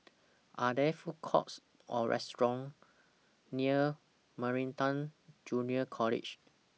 Are There Food Courts Or restaurants near Meridian Junior College